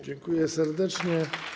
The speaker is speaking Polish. Dziękuję serdecznie.